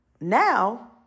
now